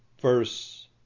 verse